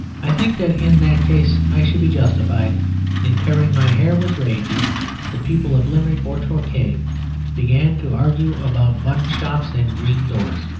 i think that in that case i should be justified in tearing my hair with rage if the people of limerick or torquay began to argue about bun-shops and green doors.